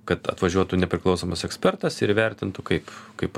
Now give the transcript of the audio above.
kad atvažiuotų nepriklausomas ekspertas ir įvertintų kaip kaip